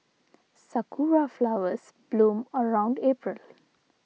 sakura flowers bloom around April